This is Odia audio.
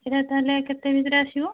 ସେଇଟା ତା'ହେଲେ କେତେ ଭିତରେ ଆସିବ